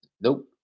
Nope